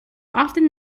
often